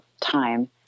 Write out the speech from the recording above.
time